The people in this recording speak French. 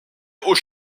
aux